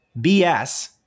BS